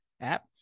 app